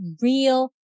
real